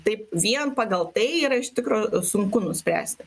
taip vien pagal tai yra iš tikro sunku nuspręsti